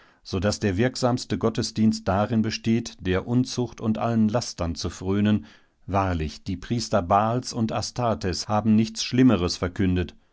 so daß der wirksamste gottesdienst darin besteht der unzucht und allen lastern zu frönen wahrlich die priester baals und astartes haben nichts schlimmeres verkündet